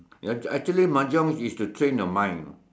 ya actually Mahjong is to train your mind you know